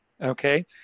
Okay